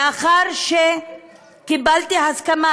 לאחר שקיבלתי הסכמה,